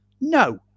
no